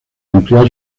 ampliar